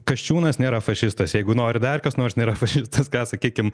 kasčiūnas nėra fašistas jeigu nori dar kas nors nėra fašistas ką sakykim